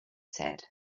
said